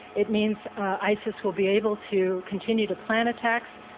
it means isis will be able to continue to plan attacks,